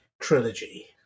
Trilogy